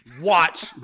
watch